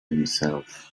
himself